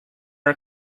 are